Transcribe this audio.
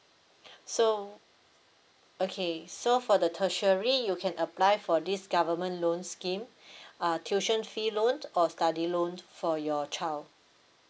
so okay so for the tertiary you can apply for this government loans scheme uh tuition fee loan or study loans for your child